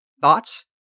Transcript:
thoughts